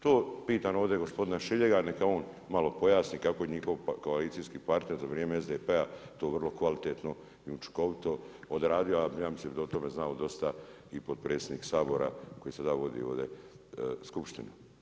To pitam ovdje gospodina Šiljega, neka on malo pojasni kako je njihov koalicijski partner za vrijem SDP-a to vrlo kvalitetno i učinkovito odradio, a ja mislim da je o tome znao dosta i potpredsjednik Sabora koji sad vodi ovdje skupštinu.